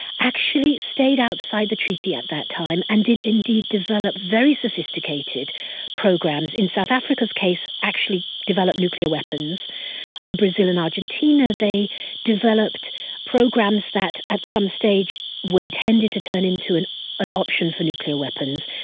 actually stayed outside the treaty at that time, and did indeed develop very sophisticated programs in south africa's case actually develop nuclear weapons for brazil and argentina, they developed programs that at some stage, were intended to turn into an an option for nuclear weapons.